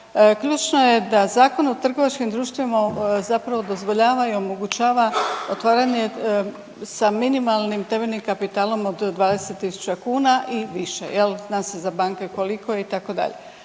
ključno je da Zakon o trgovačkim društvima zapravo dozvoljava i omogućava otvaranje sa minimalnim temeljnim kapitalom od 20 tisuća kuna i više jel, zna se za banke koliko itd..